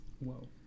whoa